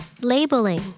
Labeling